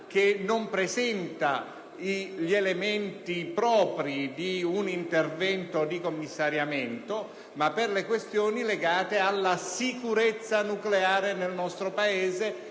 (che non presenta elementi propri di un intervento di commissariamento), ma per le questioni legate alla sicurezza nucleare nel nostro Paese